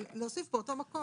אלא להוסיף באותו מקום.